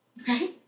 Okay